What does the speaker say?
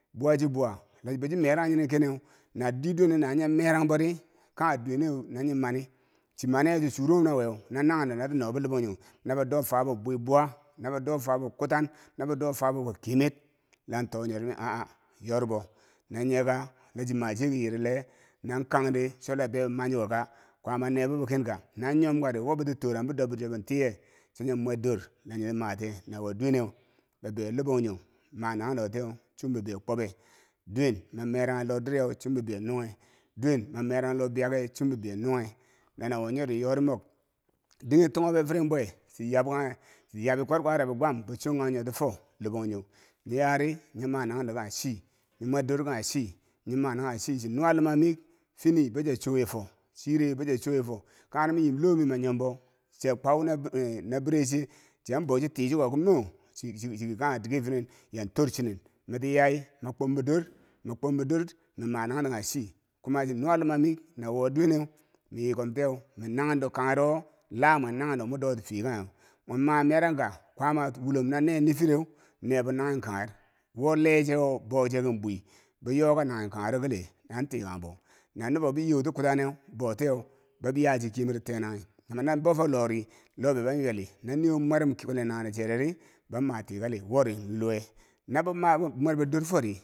Bowachibowa la bochi merannyinen keneu na diye duwe neu na nye meran bori kanye duwe neu no nye mani chima niyeu chichorong na weu no nanghen do no ki nobo labangjong no bo do fabub bwi buwa na bado fabub kutan no bo do fabub ki kemer lanto nyori mi ha- ha nyarbo na nyeka lachima cheki yirille non kang di cho la be bi man chuko ka kwaama nebbo kenka na nyamka dii who boo kitoranghen bidob bidob cho tiye bumwer dor na bo matiye na wo duwene bibeyo labangjongheu ma nanghen do wo tiye chum bibeiyo kwobbe duween ma- maranye lodiryau chum bibeiyo nunghe duwen ma maraghe lo biyakeye chum bibeiyo nunghe lana wo nyeri yori mok dighe tokwebbe firen bwi chi yabkanya chiyabi kwarkwariyabbo gwam bo chongkang nyo ti fo labangjong, nye yari nye ma nanyen do kanghe chi nye mwer dor kanghe chi nye ma manghendo kanghe chi, chinuwa lomamik fini bochiya chouyefo chiren bochia choyefo kangheri miyim lomi mi manyambo chia kwau na eh nabire che chiyan bou chitiko kemo chiki chiki kanghe diki firen yantor chinen miti yai makombo dor me managheu ti kanghe chi kuma chin nuwa lomamik no who duwe neu meyiko tiye me naghen do kenghero lamwen nanghen do mo doti fiye kanghen momamaranka kwama wulom na ne niffireu nebo naghen kagher who lee che wo bou che kin bwi boyo kangahen kanghe ro kile han tikanbo na nobobo yeuti cuta neu boutiyeu yachi kemer tenaghi amma na bofo lodi lo beu bon ywelli no niwo mwarom kulen nagnere cheri bom ma kikalli wori lowe no bo mwar bo dor fori.